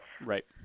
Right